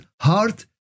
heart